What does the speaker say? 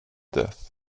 death